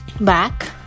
back